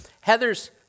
Heather's